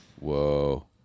Whoa